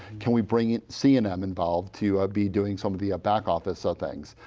can we bring in cnm involved to be doing some of the back office so things.